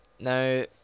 now